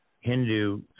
Hindu